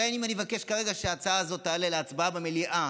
הרי אם אני אבקש כרגע שההצעה הזאת תעלה להצבעה במליאה,